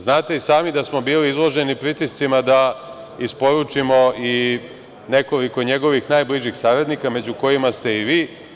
Znate i sami da smo bili izloženi pritiscima da isporučimo i nekoliko njegovih najbližih saradnika, među kojima ste i vi.